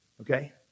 okay